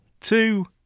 Two